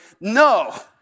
no